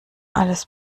alles